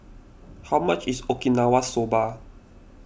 how much is Okinawa Soba